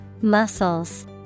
Muscles